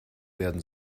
werden